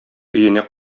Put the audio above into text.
өенә